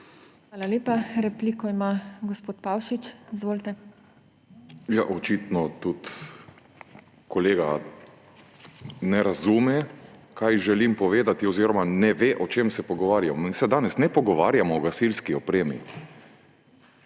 Hvala lepa. Repliko ima gospod Pavšič. Izvolite. ROBERT PAVŠIČ (PS LMŠ): Očitno tudi kolega ne razume, kaj želim povedati, oziroma ne ve, o čem se pogovarjamo. Mi se danes ne pogovarjamo o gasilski opremi,